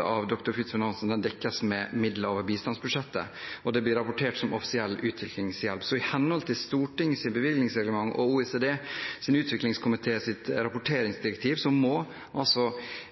av «Dr. Fridtjof Nansen» dekkes med midler over bistandsbudsjettet og blir rapportert som offisiell utviklingshjelp. I henhold til Stortingets bevilgningsreglement og OECDs utviklingskomités rapporteringsdirektiv må altså